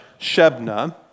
Shebna